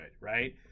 right